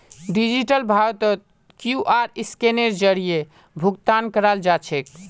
digital भारतत QR स्कैनेर जरीए भुकतान कराल जाछेक